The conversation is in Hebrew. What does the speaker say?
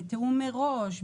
בתיאום מראש,